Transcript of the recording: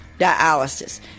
dialysis